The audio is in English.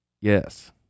Yes